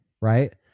right